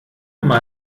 mal